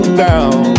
down